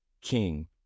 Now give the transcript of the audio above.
King